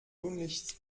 tunlichst